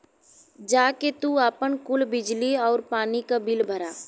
जा के तू आपन कुल बिजली आउर पानी क बिल भरा